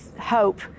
hope